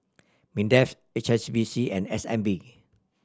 MINDEF H S B C and S N B